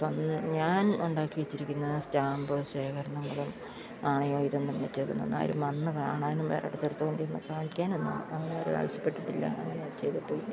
സ്വന്ന് ഞാൻ ഉണ്ടാക്കി വെച്ചിരിക്ക്ന്ന സ്റ്റാമ്പോ ശേഖരണങ്ങളും നാണയമോ ഇതൊന്നും വെച്ചിരിക്കുന്നൊന്നാരും വന്നു കാണാനും വേറെ ഇടത്ത് എടുത്തുകൊണ്ടു ചെന്ന് കാണിക്കാനൊന്നും അങ്ങനെയാരും ആവശ്യപ്പെട്ടിട്ടില്ല ഞാനത് ചെയ്തിട്ടും ഇല്ല